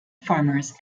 farmers